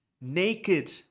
Naked